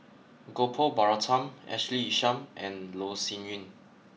Gopal Baratham Ashley Isham and Loh Sin Yun